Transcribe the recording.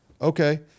Okay